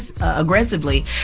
aggressively